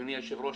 אדוני היושב-ראש,